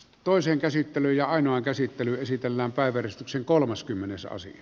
toisen käsittely ja ainoan käsittely esitellään päivystyksen kolmaskymmenes aasi